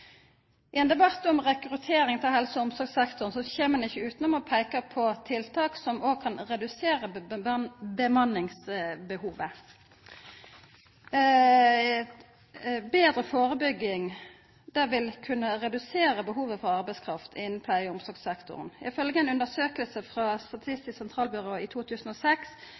I ein debatt om rekruttering til helse- og omsorgssektoren kjem ein ikkje utanom å peika på tiltak som òg kan redusera bemanningsbehovet. Betre førebygging vil kunna redusera behovet for arbeidskraft innan pleie- og omsorgssektoren. Ifølgje ei undersøking frå Statistisk sentralbyrå i 2006